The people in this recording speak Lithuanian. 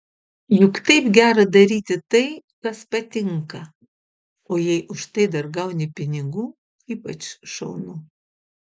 juk taip gera daryti tai kas patinka o jei už tai dar gauni pinigų ypač šaunu